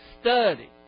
study